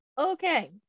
Okay